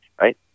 right